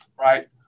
right